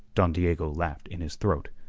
don diego laughed in his throat.